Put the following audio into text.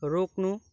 रोक्नु